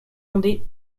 fondé